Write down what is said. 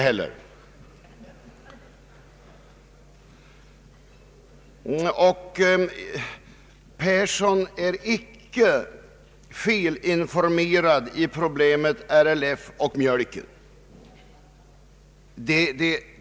Herr Persson är icke felinformerad om problemet RLF och mjölken.